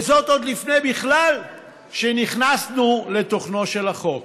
וזאת עוד לפני שנכנסנו בכלל לתוכנו של החוק.